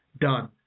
done